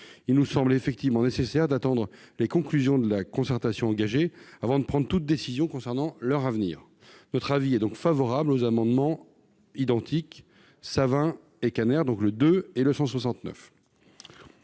Il nous semble effectivement nécessaire d'attendre les conclusions de la concertation engagée avant de prendre toute décision concernant l'avenir des CTS. La commission est donc favorable aux amendements identiques n 2 rectifié et 169